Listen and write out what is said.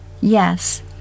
Yes